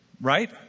right